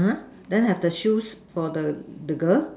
then have the shoes for the the girl